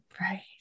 Right